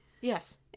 yes